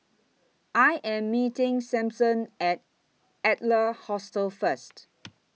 I Am meeting Sampson At Adler Hostel First